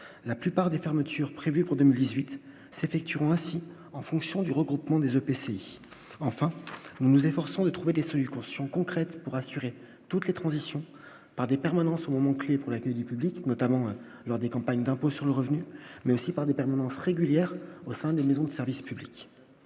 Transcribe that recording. la plupart des fermetures prévues pour 2018 s'effectueront ainsi en fonction du regroupement des EPCI, enfin, nous nous efforçons de trouver des sols conscient concrètes pour assurer toutes les transitions par des permanences au moment clé pour la télé publique, notamment lors des campagnes d'impôt sur le revenu, mais aussi par des permanences régulières au sein des maisons de service public,